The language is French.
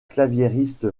claviériste